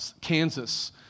Kansas